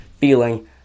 feeling